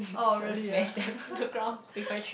oh really ah